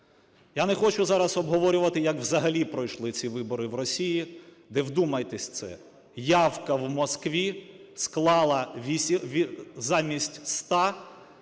Я не хочу зараз обговорювати, як взагалі пройшли ці вибори в Росії, де, вдумайтесь в це, явка в Москві склала замість 100